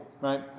right